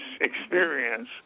experience